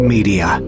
Media